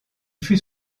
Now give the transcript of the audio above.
fut